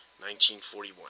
1941